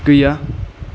गैया